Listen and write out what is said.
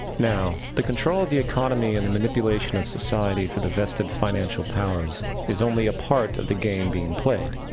now, the control of the economy and the manipulation of society for the vested financial powers is only a part of the game being played.